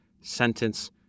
sentence